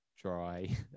dry